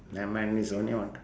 nevermind this only one ti~